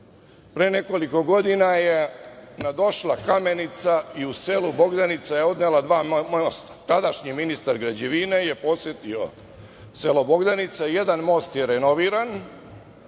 Pre nekoliko godinina je nadošla Kamenica i u selu Bogdanica je odnela dva mosta. Tadašnji ministar građevine je posetio selo Bogdanica. Jedan most je renoviran,